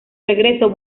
regreso